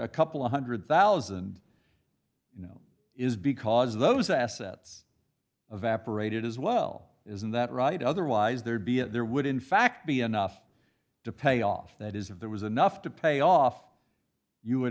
a couple of hundred thousand you know is because those assets evaporated as well isn't that right otherwise there'd be a there would in fact be enough to pay off that is if there was enough to pay off you would